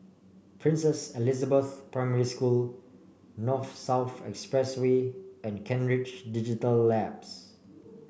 Princess Elizabeth Primary School North South Expressway and Kent Ridge Digital Labs